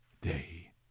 day